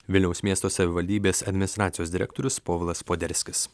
vilniaus miesto savivaldybės administracijos direktorius povilas poderskis